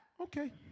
okay